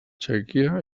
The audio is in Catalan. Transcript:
txèquia